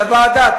לוועדה.